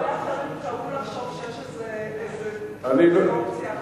הרבה אחרים טעו לחשוב שיש איזה אופציה אחרת.